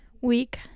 week